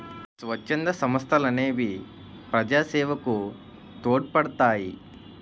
స్వచ్ఛంద సంస్థలనేవి ప్రజాసేవకు తోడ్పడతాయి